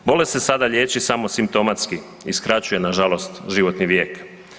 Bolest se sada liječi samo simptomatski i skraćuje nažalost, životni vijek.